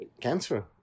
cancer